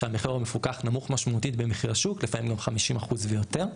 שהמחיר המפוקח נמוך משמעותית במחיר השוק לפעמים גם 50% ויותר,